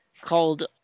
called